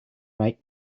make